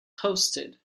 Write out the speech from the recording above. hosted